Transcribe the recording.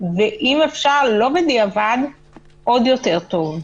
ואם אפשר לא בדיעבד עוד יותר טוב.